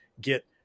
get